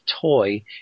toy